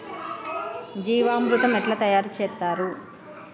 జీవామృతం ఎట్లా తయారు చేత్తరు?